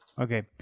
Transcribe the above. Okay